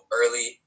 early